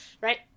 Right